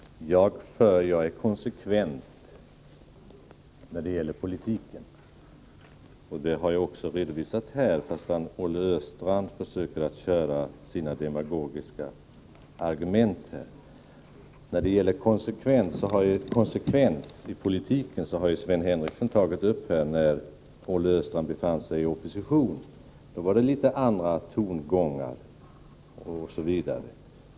Herr talman! Bara en liten kommentar. Jag är konsekvent när det gäller politiken. Det har jag också redovisat här, fast Olle Östrand försöker köra sina demagogiska argument. På tal om konsekvens i politiken vill jag erinra om att Sven Henricsson tog upp hur det var när Olle Östrand befann sig i opposition. Då var det litet andra tongångar.